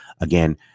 Again